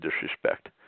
disrespect